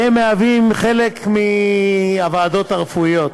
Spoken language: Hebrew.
והם מהווים חלק מהוועדות הרפואיות,